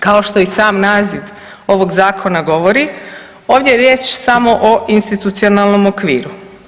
Kao što i sam naziv ovog zakona govori ovdje je riječ samo o institucionalnom okviru.